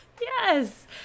Yes